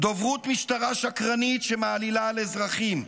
דוברות משטרה שקרנית שמעלילה על אזרחים,